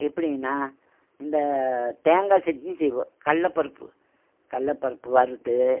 எப்படின்னா இந்த தேங்காய் சட்னி செய்வோம் கடலப்பருப்பு கடலப்பருப்பு வறுத்து